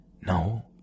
No